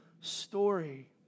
story